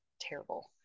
terrible